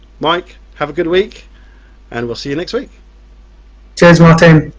mike, have a good week and we'll see you next week cheers martin,